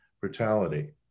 brutality